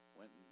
went